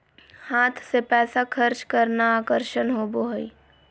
हाथ से पैसा खर्च करना आकर्षक होबो हइ